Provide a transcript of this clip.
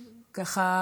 ככה,